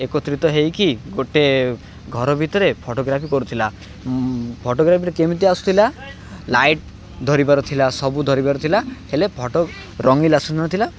ଏକତ୍ରିତ ହୋଇକି ଗୋଟିଏ ଘର ଭିତରେ ଫଟୋଗ୍ରାଫି କରୁଥିଲା ଫଟୋଗ୍ରାଫିରେ କେମିତି ଆସୁଥିଲା ଲାଇଟ୍ ଧରିବାର ଥିଲା ସବୁ ଧରିବାର ଥିଲା ହେଲେ ଫଟୋ ରଙ୍ଗିନ୍ ଆସୁନଥିଲା